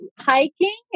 hiking